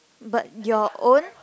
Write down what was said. but your own